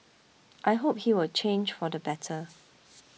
I hope he will change for the better